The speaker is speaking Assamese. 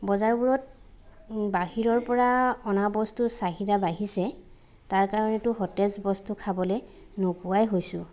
বজাৰবোৰত বাহিৰৰ পৰা অনা বস্তুৰ চাহিদা বাঢ়িছে তাৰ কাৰণেতো সতেজ বস্তু খাবলৈ নোপোৱাই হৈছোঁ